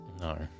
No